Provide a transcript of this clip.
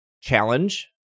challenge